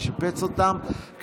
נשפץ אותם,